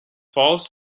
false